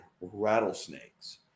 rattlesnakes